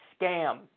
scam